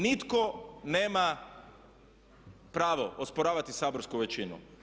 Nitko nema pravo osporavati saborsku većinu.